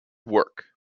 work